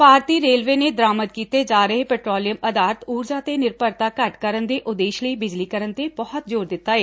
ਭਾਰਤੀ railway ਨੇ ਦਰਾਮਦ ਕੀਤੇ ਜਾ ਰਹੇ ਪੈਟਰੋਲੀਅਮ ਅਧਾਰਤ ਊਰਜਾ ਤੇ ਨਿਰਭਰਤਾ ਘੱਟ ਕਰਨ ਦੇ ਉਦੇਸ਼ ਲਈ ਬਿਜਲੀਕਰਨ ਤੇ ਬਹੁਤ ਜ਼ੋਰ ਦਿੱਡਾ ਏ